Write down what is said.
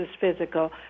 physical